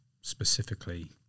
specifically